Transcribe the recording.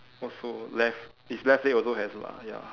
also left his left leg also has lah ya